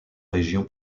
région